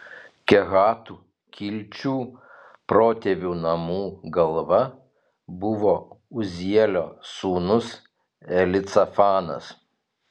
kehatų kilčių protėvių namų galva buvo uzielio sūnus elicafanas